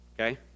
okay